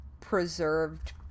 preserved